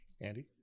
Andy